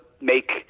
make –